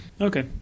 Okay